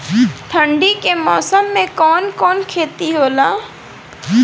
ठंडी के मौसम में कवन कवन खेती होला?